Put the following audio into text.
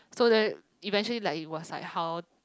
so that eventually like it was like how